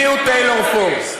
מיהו טיילור פורס?